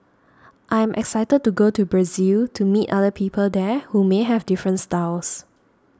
I am excited to go to Brazil to meet other people there who may have different styles